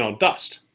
um dust.